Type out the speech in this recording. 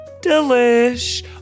delish